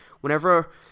whenever